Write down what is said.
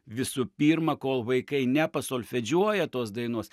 visų pirma kol vaikai nepasolfedžiuoja tos dainos